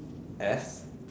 S